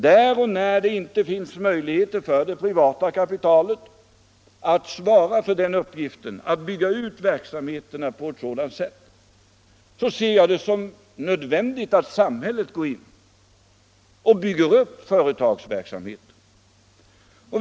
Där och när det inte finns möjligheter för det privata kapitalet att svara för den uppgiften — att bygga ut verksamheten på detta sätt — betraktar jag det som nödvändigt att samhället går in och bygger upp företagsverksamheten.